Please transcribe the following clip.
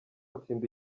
atsinda